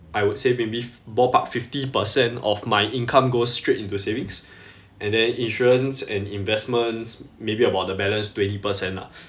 I would say maybe fif~ ballpark fifty percent of my income goes straight into savings and then insurance and investments maybe about the balance twenty percent ah